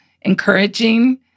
Encouraging